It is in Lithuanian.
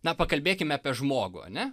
na pakalbėkime apie žmogų ane